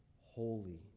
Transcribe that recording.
holy